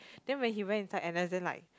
then when he went inside N_S then like